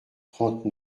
trente